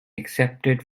accepted